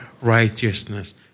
righteousness